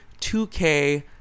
2K